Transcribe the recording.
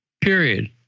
Period